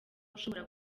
ushobora